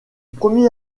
premier